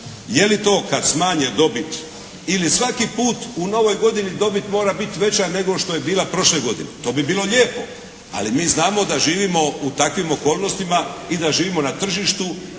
je li to kad smanje dobit ili svaki put u novoj godini dobit mora biti veća nego što je bila prošle godine? To bi bilo lijepo, ali mi znamo da živimo u takvim okolnostima i da živimo na tržištu